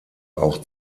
auch